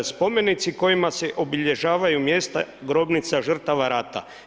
Spomenici kojima se obilježavaju mjesta grobnica žrtava rata.